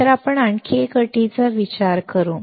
तर आपण आणखी एका अटीचा विचार करूया